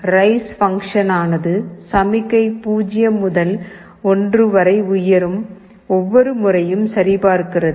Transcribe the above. rice function ஆனது சமிக்ஞை 0 முதல் 1 வரை உயரும் ஒவ்வொரு முறையும் சரிபார்க்கிறது